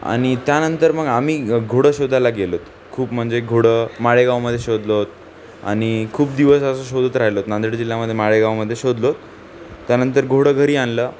आणि त्यानंतर मग आम्ही ग घोडं शोधायला गेलोत खूप म्हणजे घोडं माळेगावमध्ये शोधलोत आणि खूप दिवस असं शोधत राहिलोत नांदेड जिल्ह्यामध्ये माळेगावमध्ये शोधलोत त्यानंतर घोडं घरी आणलं